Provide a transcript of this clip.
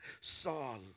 Saul